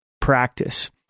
practice